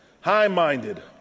high-minded